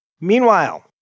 Meanwhile